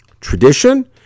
tradition